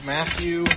Matthew